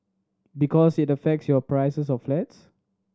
because it affects your prices of flats